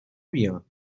بیان